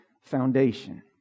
foundation